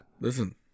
listen